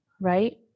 right